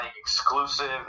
exclusive